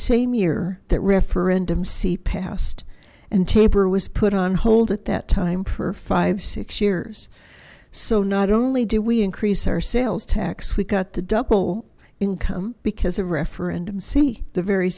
same year that referendum c passed and taper was put on hold at that time for five six years so not only do we increase our sales tax we got to double income because of referendum c the very